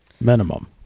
minimum